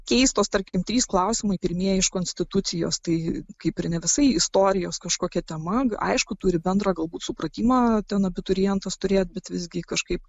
keistos tarkim trys klausimai pirmieji iš konstitucijos tai kaip ir ne visai istorijos kažkokia tema aišku turi bendro galbūt supratimą ten abiturientas turėti bet visgi kažkaip